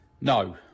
No